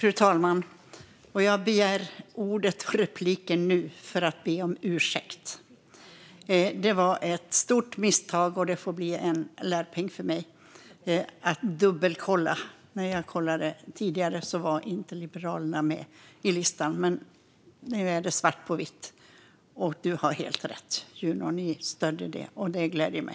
Fru talman! Jag begärde replik för att be om ursäkt. Det var ett stort misstag, och det får bli en lärpeng för mig att dubbelkolla. När jag kollade tidigare fanns Liberalerna inte med på listan. Men nu är det svart på vitt. Och Juno Blom har helt rätt i att ni stödde detta, och det gläder mig.